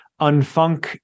Unfunk